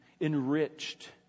enriched